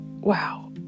wow